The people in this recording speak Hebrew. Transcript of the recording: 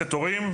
ולתת תורים,